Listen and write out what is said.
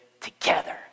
together